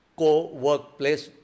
co-workplace